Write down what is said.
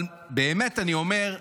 אבל באמת אני אומר,